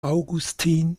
augustin